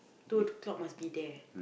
two o-clock must be there